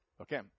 Okay